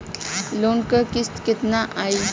Loan क किस्त कितना आई?